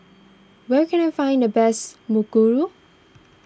where can I find the best Mukuru